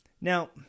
Now